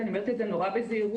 אני אומרת את זה נורא בזהירות,